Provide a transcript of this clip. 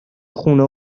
خونه